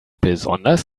besonders